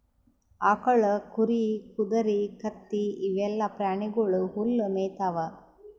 ಆಕಳ್, ಕುರಿ, ಕುದರಿ, ಕತ್ತಿ ಇವೆಲ್ಲಾ ಪ್ರಾಣಿಗೊಳ್ ಹುಲ್ಲ್ ಮೇಯ್ತಾವ್